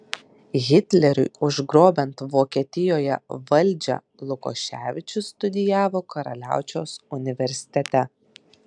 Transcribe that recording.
hitleriui užgrobiant vokietijoje valdžią lukoševičius studijavo karaliaučiaus universitete